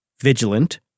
vigilant